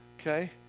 okay